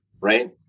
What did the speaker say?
Right